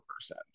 person